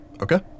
Okay